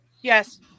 Yes